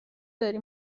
داری